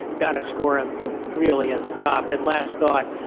got to score him really at the top. and last thought,